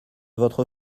votre